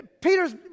peter's